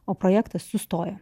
o projektas sustojo